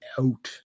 out